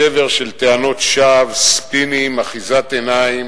צבר של טענות שווא, ספינים, אחיזת עיניים.